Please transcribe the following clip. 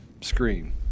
screen